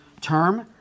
term